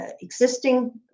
existing